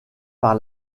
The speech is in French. par